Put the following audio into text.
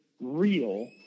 real